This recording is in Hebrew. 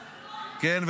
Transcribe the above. כן?